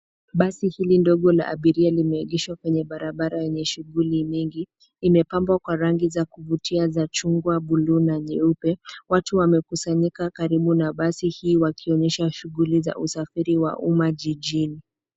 Basi hili ndogo la abirira limeegeshwa kwenye barabara yenye shughuli nyingi. Imepambwa kwa rangi za kuvutia za chungwa, buluu, na nyeupe. Watu wamekusanyika karibu na basi hii wakionyesha shughuli za usafiri wa umma jijini.